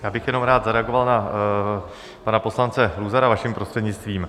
Já bych jenom rád zareagoval na pana poslance Luzara, vaším prostřednictvím.